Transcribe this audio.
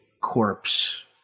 corpse